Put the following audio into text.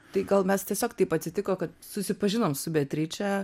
tai gal mes tiesiog taip atsitiko kad susipažinom su beatriče